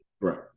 right